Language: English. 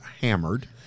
hammered